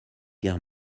guerre